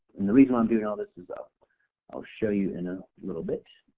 and the reason i'm doing all this is, um i'll show you in a little bit.